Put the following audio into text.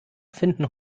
finden